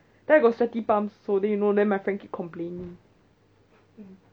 then I got sweaty palms so then you know my friend keep complaining